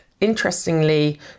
interestingly